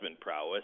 prowess